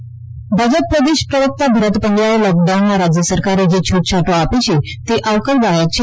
ભરત પંડ્યા ભાજપ પ્રદેશ પ્રવક્તા ભરત પંડ્યાએ લોકડાઉનમાં રાજ્ય સરકારે જે છૂટછાટો આપી છે તે આવકારદાયક છે